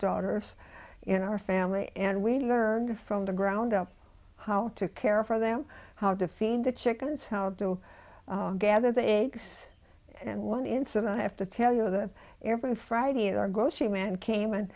daughters in our family and we learned from the ground up how to care for them how to feed the chickens how do gather the eggs and one incident i have to tell you that every friday our grocery man came and